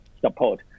support